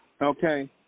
Okay